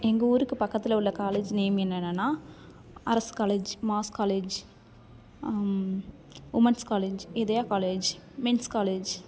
எங்கள் ஊருக்கு பக்கத்தில் உள்ள காலேஜ் நேம் என்னென்னனா அரஸ் காலேஜ் மாஸ் college women's college Idhaya college men's college